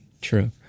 true